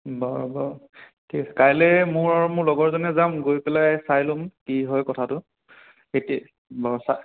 বাৰু বাৰু ঠিক কাইলে মোৰ আৰু মোৰ লগৰজনে যাম গৈ পেলাই চাই লম কি হয় কথাটো তেতিয়া বাৰু চা